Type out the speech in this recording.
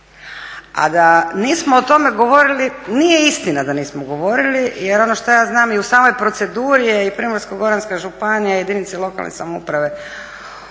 A da nismo o tome govorili nije istina da nismo govorili jer ono šta ja znam i u samoj proceduri je i Primorsko-goranska županija i jedinice lokalne samouprave